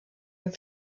amb